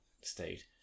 state